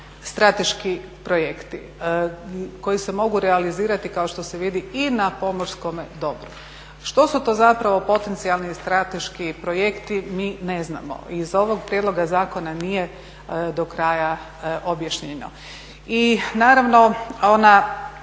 strateški projekti koji se mogu realizirati kao što se vidi i na pomorskome dobru. Što su to zapravo potencijalni strateški projekti mi ne znamo. Iz ovog prijedloga zakona nije do kraja objašnjeno. I naravno one